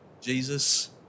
Jesus